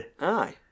aye